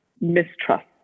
mistrust